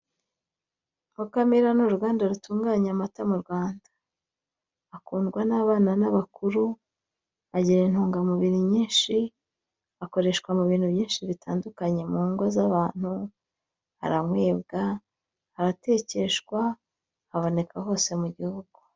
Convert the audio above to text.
Mukamira ni uruganda rutunganya amata mu Rwanda. Akundwa n'abana n'abakuru, agira intungamubiri nyinshi, akoreshwa mu bintu byinshi bitandukanye: mu ngo z'abantu, aranywebwa, aratekeshwa, abanoka hose mu gihugu.